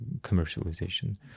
commercialization